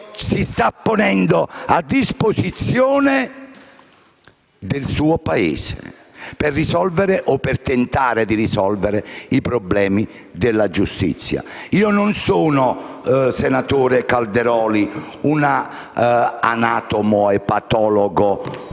Si sta ponendo a disposizione del suo Paese per risolvere o tentare di risolvere i problemi della giustizia. Io non sono, senatore Calderoli, un anatomopatologo